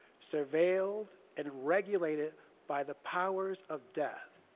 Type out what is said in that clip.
surveiled and regulated by the powers of death.